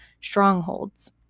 strongholds